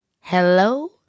Hello